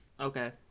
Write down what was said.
okay